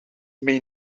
may